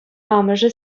амӑшӗ